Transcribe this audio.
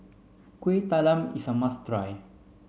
Kueh Talam is a must try